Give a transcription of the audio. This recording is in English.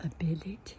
ability